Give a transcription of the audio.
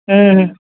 ह्म्म